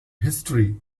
history